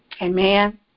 Amen